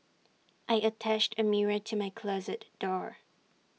I attached A mirror to my closet door